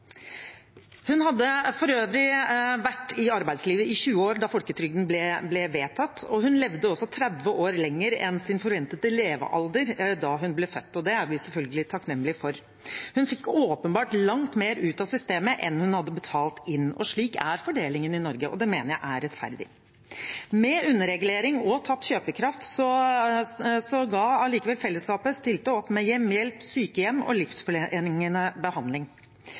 Hun hadde for øvrig vært i arbeidslivet i 20 år da folketrygden ble vedtatt, og hun levde også 30 år lenger enn sin forventede levealder da hun ble født, og det er vi selvfølgelig takknemlige for. Hun fikk åpenbart langt mer ut av systemet enn hun hadde betalt inn. Slik er fordelingen i Norge, og det mener jeg er rettferdig. Med underregulering og tapt kjøpekraft ga allikevel fellesskapet og stilte opp med hjemmehjelp, sykehjem og livsforlengende behandling.